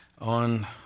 on